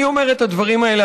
אני אומר את הדברים האלה,